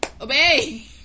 Obey